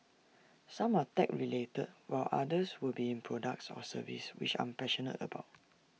some are tech related while others will be in products or services which I'm passionate about